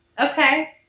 Okay